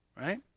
Right